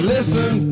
Listen